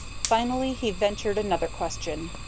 finally he ventured another question.